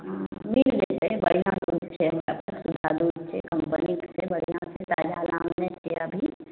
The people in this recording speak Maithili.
हँ मिल जेतै बढ़िआँ दूध छै हमरा अतऽ सुधा दूध छै कम्पनीके छै बढ़िआँ छै जादा दाम नहि छै अभी